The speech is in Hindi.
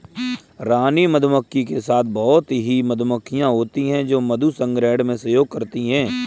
रानी मधुमक्खी के साथ बहुत ही मधुमक्खियां होती हैं जो मधु संग्रहण में सहयोग करती हैं